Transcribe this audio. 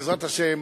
ובעזרת השם,